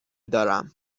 دارم